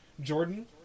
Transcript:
Jordan